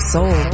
Soul